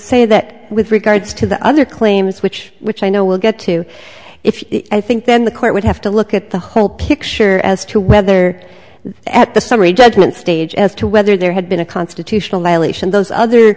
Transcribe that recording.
say that with regards to the other claims which which i know we'll get to if i think then the court would have to look at the whole picture as to whether at the summary judgment stage as to whether there had been a constitutional violation those other